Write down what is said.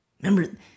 Remember